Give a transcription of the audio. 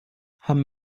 haben